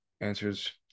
answers